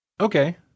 okay